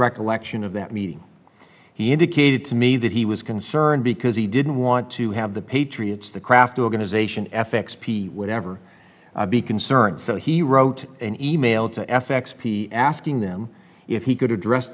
recollection of that meeting he indicated to me that he was concerned because he didn't want to have the patriots the crafter organization f x p whatever be concerned so he wrote an email to f x p asking them if he could address